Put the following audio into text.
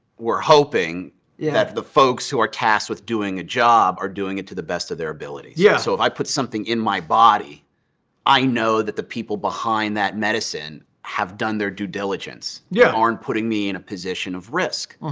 we're hoping yeah that the folks who are tasked with doing a job are doing it to the best of their ability yeah so if i put something in my body i know that the people behind that medicine have done their due diligence, yeah aren't putting me in a position of risk.